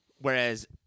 Whereas